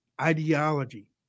ideology